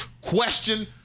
question